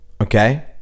Okay